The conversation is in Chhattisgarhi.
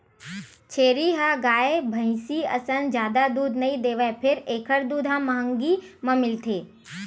छेरी ह गाय, भइसी असन जादा दूद नइ देवय फेर एखर दूद ह महंगी म मिलथे